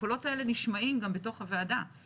והקולות האלה נשמעים גם בתוך הוועדה.